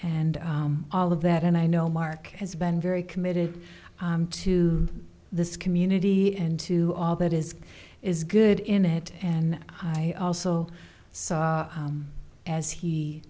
and all of that and i know mark has been very committed to this community and to all that is is good in it and i also saw as he